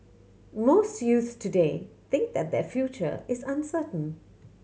most youths today think that their future is uncertain